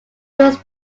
was